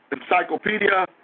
Encyclopedia